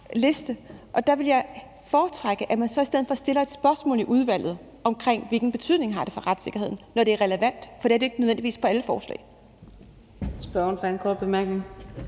Der vil jeg foretrække, at man så i stedet for stiller et spørgsmål i udvalget om, hvilken betydning noget har for retssikkerheden, når det er relevant, for det er det ikke nødvendigvis ved alle lovforslag.